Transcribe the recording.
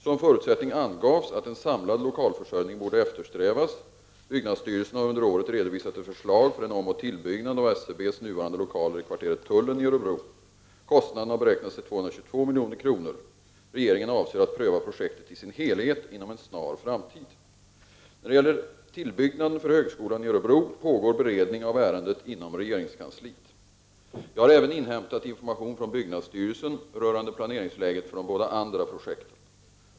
Som förutsättning angavs att en samlad lokalförsörjning borde eftersträvas. Byggnadsstyrelsen har under året redovisat ett förslag för en omoch tillbyggnad av SCB:s nuvarande lokaler i kvarteret Tullen i Örebro. Kostnaden har beräknats till 222 milj.kr. Regeringen avser att pröva projektet i dess helhet inom en snar framtid. När det gäller tillbyggnaden för högskolan i Örebro pågår beredning av ärendet inom regeringskansliet. Jag har även inhämtat information från byggnadsstyrelsen rörande planeringsläget för de båda andra projekten.